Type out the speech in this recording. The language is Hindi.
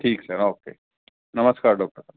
ठीक सर ओके नमस्कार डॉक्टर साहब